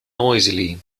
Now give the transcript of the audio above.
noisily